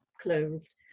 closed